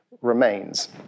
remains